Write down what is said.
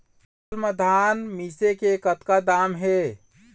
हाल मा धान मिसे के कतका दाम हे?